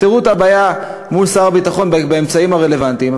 תפתרו את הבעיה מול שר הביטחון באמצעים הרלוונטיים,